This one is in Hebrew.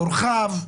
מורחב,